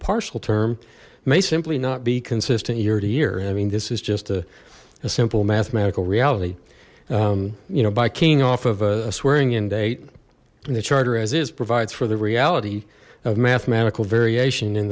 partial term may simply not be consistent year to year i mean this is just a simple mathematical reality you know by keying off of a swearing in date and the charter as is provides for the reality of mathematical variation in